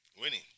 Winning